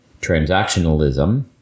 transactionalism